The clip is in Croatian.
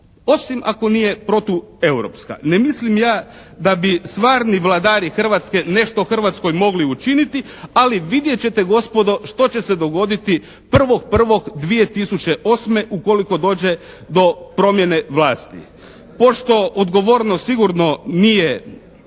osim ako nije protueuropska. Ne mislim ja da bi stvarni vladari Hrvatske nešto Hrvatskoj mogli učiniti. Ali vidjet ćete gospodo što će se dogoditi 1.1.2008. ukoliko dođe do promjene vlasti. Pošto odgovornost sigurno nije